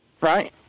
right